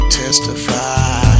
testify